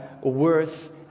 worth